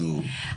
נו.